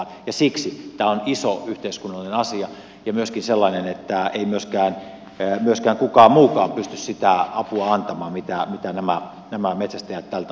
siksi tämä on iso yhteiskunnallinen asia ja myöskin sellainen että ei myöskään kukaan muukaan pysty sitä apua antamaan mitä nämä metsästäjät tältä osin tekevät